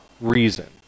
reason